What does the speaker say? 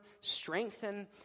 strengthen